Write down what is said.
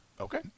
okay